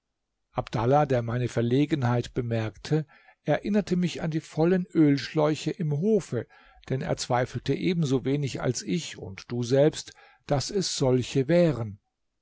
abdallah der meine verlegenheit bemerkte erinnerte mich an die vollen ölschläuche im hofe denn er zweifelte ebensowenig als ich und du selbst daß es solche wären